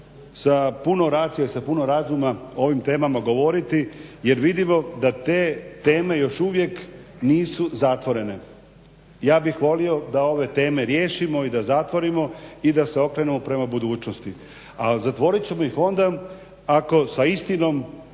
sa puno ratio i sa puno razuma o ovim temama govoriti, jer vidimo da te teme još uvijek nisu zatvorene. Ja bih volio da ove teme riješimo i da zatvorimo i da se okrenemo prema budućnosti. A zatvorit ćemo ih onda ako sa istinom